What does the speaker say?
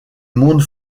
monde